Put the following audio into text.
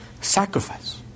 sacrifice